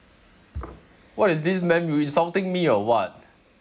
what is this man you insulting me or what